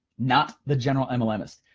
not the general mlmists.